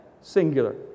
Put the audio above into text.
Singular